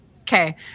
Okay